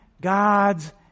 God's